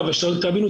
כל מה שציינתי ואמרתי,